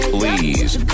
Please